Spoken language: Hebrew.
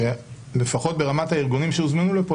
לפחות ברמת הארגונים שהוזמנו לפה,